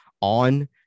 on